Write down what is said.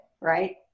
right